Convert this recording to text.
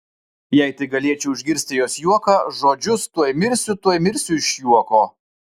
jei tik galėčiau išgirsti jos juoką žodžius tuoj mirsiu tuoj mirsiu iš juoko